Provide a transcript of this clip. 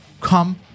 Come